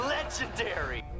Legendary